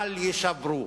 בל-יישברו.